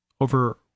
over